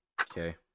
Okay